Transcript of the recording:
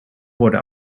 worden